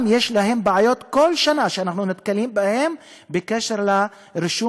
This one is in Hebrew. יש להם גם בעיות שאנחנו נתקלים בהן כל שנה ברישום